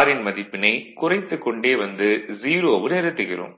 R ன் மதிப்பினை குறைத்துக் கொண்டே வந்து 0 வில் நிறுத்துகிறோம்